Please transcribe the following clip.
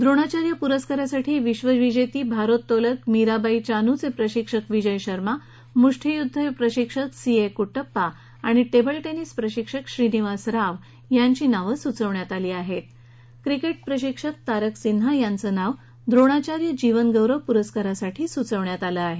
द्रोणाचार्य पुस्स्कारासाठी विश्वविजेती भारोत्तोलक मीराबाई चानू चे प्रशिक्षक विजय शर्मा मुष्टियुध्द प्रशिक्षक सी ए कुट्टपा आणि टेबल टेनिस प्रशिक्षक श्रीनिवास राव यांची नावं समितीने सुचवली आहेत क्रिकेट प्रशिक्षक तारक सिन्हा यांच नाव द्रोणाचार्य जीवन गौरव पुरस्कारासाठी सुचवलं आहे